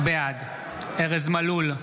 בעד ארז מלול,